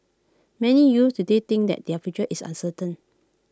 many youths today think that their future is uncertain